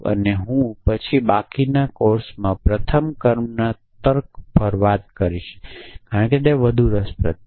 અને પછી બાકીના કોર્સમાં પ્રથમ ક્રમના તર્ક પર વાત કરીશું કારણ કે તે વધુ રસપ્રદ છે